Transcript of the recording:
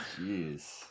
jeez